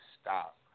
stop